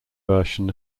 version